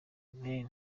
mane